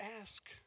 ask